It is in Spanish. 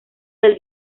del